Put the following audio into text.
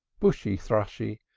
bushy, thrushy,